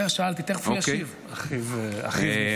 שאלתי, תכף הוא ישיב.